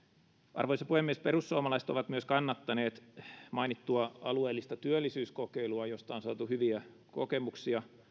arvoisa puhemies perussuomalaiset ovat kannattaneet myös mainittua alueellista työllisyyskokeilua josta on saatu hyviä kokemuksia